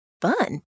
Fun